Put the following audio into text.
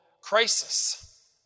crisis